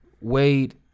Wade